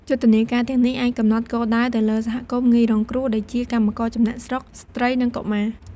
យុទ្ធនាការទាំងនេះអាចកំណត់គោលដៅទៅលើសហគមន៍ងាយរងគ្រោះ ដូចជាកម្មករចំណាកស្រុក ស្ត្រី និងកុមារ។